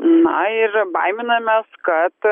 na ir baiminamės kad